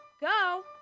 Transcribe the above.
go